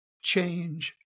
change